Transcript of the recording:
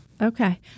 Okay